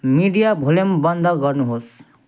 media volume बन्द गर्नुहोस्